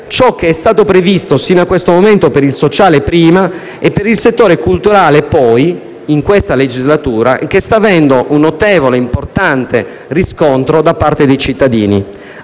ciò che è stato previsto fino a questo momento per il sociale, prima, e per il settore culturale, poi, in questa legislatura, e che sta avendo un notevole e importante riscontro da parte dei cittadini.